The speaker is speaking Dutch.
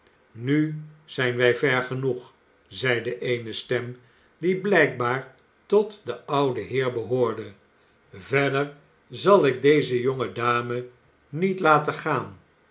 nu zijn wij ver genoeg zeide eene stem die blijkbaar tot den ouden heer behoorde verder zal ik deze jonge dame niet laten gaan